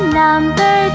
number